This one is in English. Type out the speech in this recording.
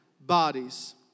bodies